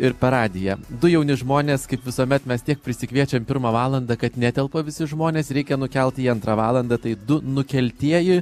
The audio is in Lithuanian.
ir per radiją du jauni žmonės kaip visuomet mes tiek prisikviečiam pirmą valandą kad netelpa visi žmonės reikia nukelt į antrą valandą tai du nukeltieji